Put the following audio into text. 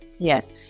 Yes